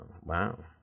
wow